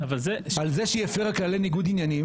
על זה שהיא הפרה כללי ניגוד עניינים?